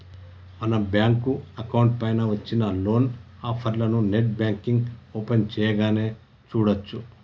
మన bank account పైన వచ్చిన లోన్ ఆఫర్లను నెట్ బ్యాంకింగ్ ఓపెన్ చేయగానే చూడచ్చు